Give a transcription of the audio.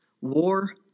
war